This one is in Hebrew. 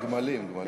גמלים, גמלים.